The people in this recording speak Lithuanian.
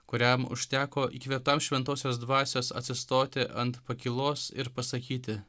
kuriam užteko įkvėptam šventosios dvasios atsistoti ant pakylos ir pasakyti